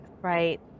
Right